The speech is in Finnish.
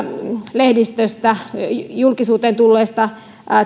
lehdistöstä julkisuuteen tulleista